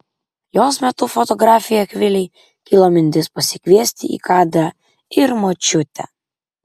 jos metu fotografei akvilei kilo mintis pasikviesti į kadrą ir močiutę